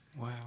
Wow